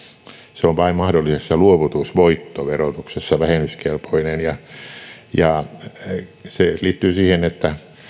se on vain mahdollisessa luovutusvoittoverotuksessa vähennyskelpoinen se liittyy siihen että